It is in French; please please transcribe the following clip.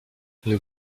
nous